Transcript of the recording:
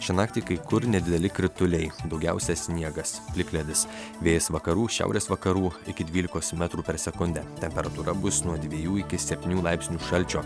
šią naktį kai kur nedideli krituliai daugiausia sniegas plikledis vėjas vakarų šiaurės vakarų iki dvylikos metrų per sekundę temperatūra bus nuo dviejų iki septynių laipsnių šalčio